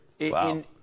Wow